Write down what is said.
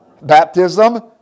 Baptism